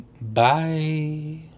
bye